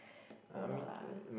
will not lah